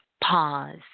pause